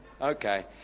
Okay